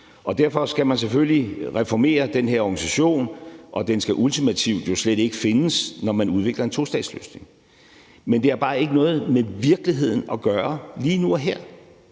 derfor skal man selvfølgelig reformere den her organisation. Den skal jo ultimativt slet ikke findes, når man udvikler en tostatsløsning. Men det har bare ikke noget med virkeligheden at gøre lige nu og her.